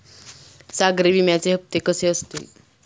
सागरी विम्याचे हप्ते कसे असतील?